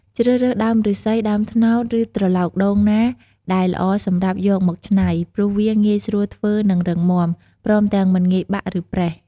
ជ្រើសរើសដើមឫស្សី ដើមត្នោត ឬត្រឡោកដូងណាដែលល្អសម្រាប់យកមកច្នៃ ព្រោះវាងាយស្រួលធ្វើនិងរឹងមាំ ព្រមទាំងមិនងាយបាក់ ឬប្រេះ។